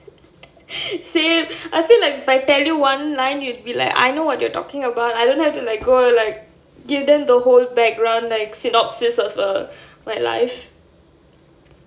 same I feel like if I tell you one line you'll be like I know what you're talking about I don't have to like go and like give them the whole background like synopsis of my life